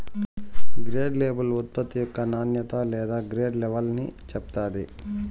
grade label ఉత్పత్తి యొక్క నాణ్యత లేదా గ్రేడ్ లెవల్ని చెప్తాది